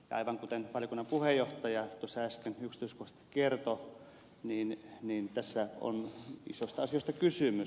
aivan kuten valiokunnan puheenjohtaja tuossa äsken yksityiskohtaisesti kertoi tässä on isoista asioista kysymys